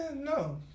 no